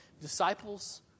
Disciples